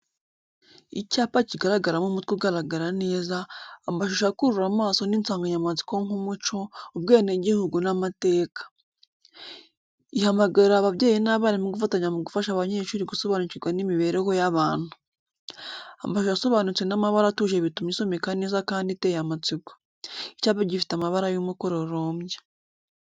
icyapa kigaragaramo umutwe ugaragara neza, amashusho akurura amaso, n’insanganyamatsiko nk’umuco, ubwenegihugu, n’amateka. Ihamagarira ababyeyi n’abarimu gufatanya mu gufasha abanyeshuri gusobanukirwa n’imibereho y’abantu. Amashusho asobanutse n’amabara atuje bituma isomeka neza kandi iteye amatsiko. Icyapa gifite amabara y'umukororombya.